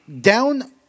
Down